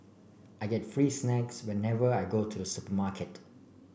I get free snacks whenever I go to the supermarket